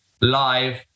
live